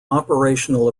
operational